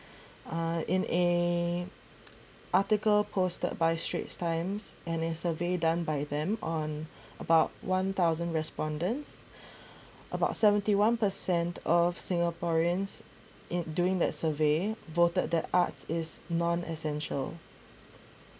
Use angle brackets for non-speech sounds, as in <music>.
uh in a article posted by straits times and a survey done by them on about one thousand respondents <breath> about seventy one percent of singaporeans in during that survey voted that arts is non essential